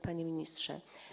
Panie Ministrze!